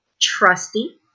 Trusty